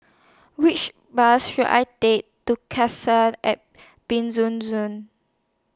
Which Bus should I Take to Cassia At Penjuju